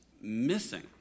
missing